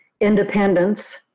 independence